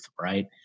right